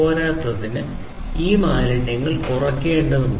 കൂടാതെ ഈ മാലിന്യങ്ങൾ പരമാവധി കുറയ്ക്കേണ്ടതുണ്ട്